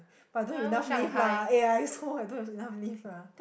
but don't have enough leave lah eh I also I don't have enough leave lah